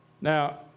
Now